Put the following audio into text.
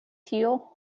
tio